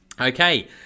Okay